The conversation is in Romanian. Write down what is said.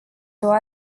două